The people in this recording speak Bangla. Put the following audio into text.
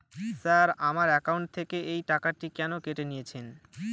স্যার আমার একাউন্ট থেকে এই টাকাটি কেন কেটে নিয়েছেন?